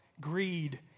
greed